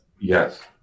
Yes